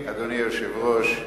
אדוני היושב-ראש,